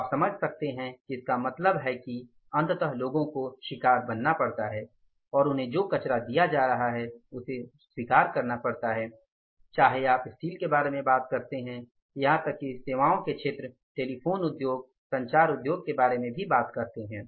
तो आप समझ सकते हैं कि इसका मतलब है कि अंततः लोगों को शिकार बनना पड़ता है और उन्हें जो कचरा दिया जा रहा है उसे स्वीकार करना पड़ता है चाहे आप स्टील के बारे में बात करते हैं यहां तक कि सेवाओं के क्षेत्र टेलीफोन उद्योग संचार उद्योग के बारे में भी बात करते हैं